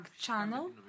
channel